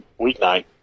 weeknight